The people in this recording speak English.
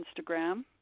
Instagram